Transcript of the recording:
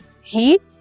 Heat